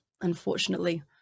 unfortunately